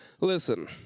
listen